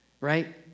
right